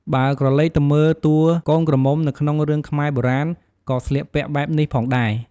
បើក្រឡេកទៅមើលតួកូនក្រមុំនៅក្នុងរឿងខ្មែរបុរាណក៏ស្លៀកពាក់បែបនេះផងដែរ។